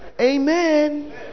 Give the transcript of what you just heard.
Amen